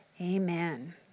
Amen